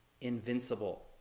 invincible